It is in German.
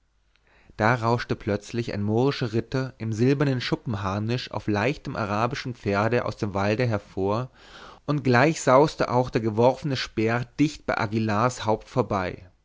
da rauschte plötzlich ein mohrischer ritter im silbernen schuppenharnisch auf leichtem arabischen pferde aus dem walde hervor und gleich sauste auch der geworfene speer dicht bei aguillars haupt vorbei